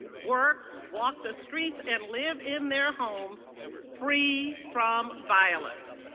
work, walk the streets and live in their homes free from violence.